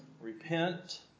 repent